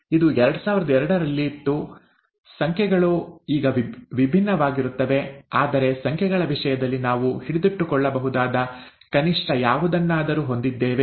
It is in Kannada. ಇದು 2002ರಲ್ಲಿತ್ತು ಸಂಖ್ಯೆಗಳು ಈಗ ವಿಭಿನ್ನವಾಗಿರುತ್ತವೆ ಆದರೆ ಸಂಖ್ಯೆಗಳ ವಿಷಯದಲ್ಲಿ ನಾವು ಹಿಡಿದಿಟ್ಟುಕೊಳ್ಳಬಹುದಾದ ಕನಿಷ್ಠ ಯಾವುದನ್ನಾದರೂ ಹೊಂದಿದ್ದೇವೆ